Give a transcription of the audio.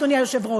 אדוני היושב-ראש,